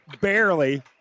barely